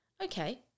okay